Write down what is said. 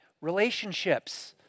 relationships